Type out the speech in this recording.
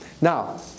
now